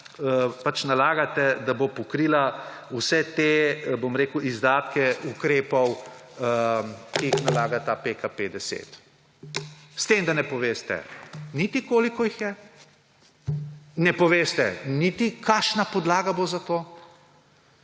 pač nalagate, da bo pokrila vse te, bom rekel, izdatke ukrepov, ki jih nalaga ta PKP-10. S tem, da ne poveste niti koliko jih je, ne poveste niti kakšna podlaga bo za to